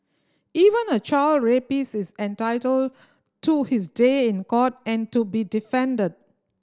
even a child rapist is entitled to his day in court and to be defended